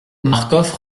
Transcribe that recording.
marcof